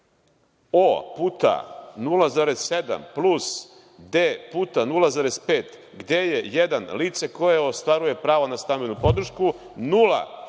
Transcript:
„O“ puta 0,7 plus „D“ puta 0,5, gde je jedan lice koje ostvaruje prava na stambenu podršku nula